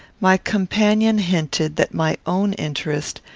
my companion hinted that my own interest,